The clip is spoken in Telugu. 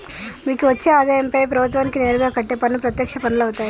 మీకు వచ్చే ఆదాయంపై ప్రభుత్వానికి నేరుగా కట్టే పన్ను ప్రత్యక్ష పన్నులవుతాయ్